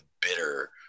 bitter